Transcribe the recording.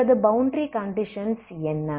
உங்களது boundary conditions என்ன